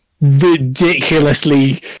ridiculously